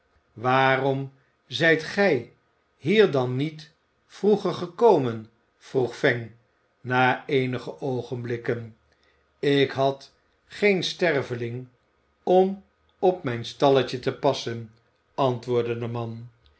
waarom zijt gij hier dan niet vroeger gekomen vroeg fang na eenige oogenblikken ik had geen sterveling om op mijn stalletje te passen antwoordde de man